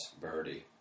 birdie